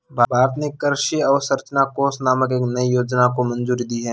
भारत ने कृषि अवसंरचना कोष नामक एक नयी योजना को मंजूरी दी है